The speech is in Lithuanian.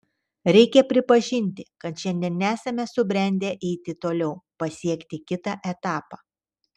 reikia pripažinti kad šiandien nesame subrendę eiti toliau pasiekti kitą etapą